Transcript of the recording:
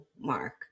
mark